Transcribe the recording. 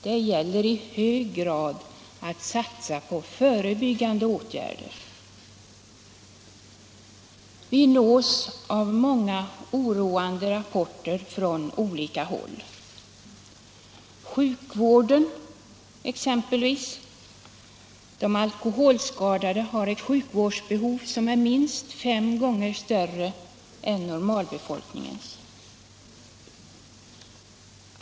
Det gäller i hög grad att satsa på förebyggande åtgärder. Vi nås av många oroande rapporter från olika håll, exempelvis från sjukvården. De alkoholskadade har ett sjukvårdsbehov som är minst fem gånger större än normalbefolkningens.